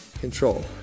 control